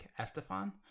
Estefan